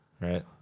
Right